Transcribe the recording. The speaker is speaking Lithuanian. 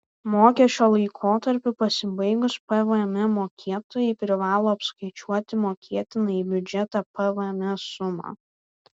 mokesčio laikotarpiui pasibaigus pvm mokėtojai privalo apskaičiuoti mokėtiną į biudžetą pvm sumą